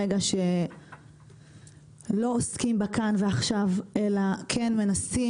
רגע שלא עוסקים בכאן ועכשיו אלא כן מנסים